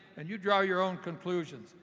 and you draw your own conclusions.